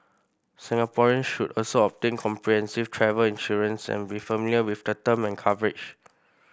Singaporeans should also obtain comprehensive travel insurance and be familiar with the term and coverage